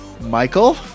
Michael